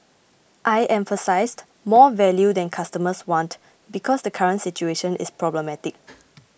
I emphasised more value that customers want because the current situation is problematic